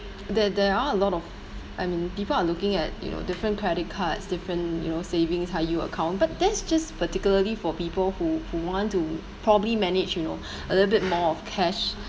that there are a lot of I mean people are looking at you know different credit cards different you know savings high yield account but that's just particularly for people who who want to probably manage you know a little bit more of cash